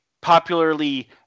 popularly